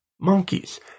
monkeys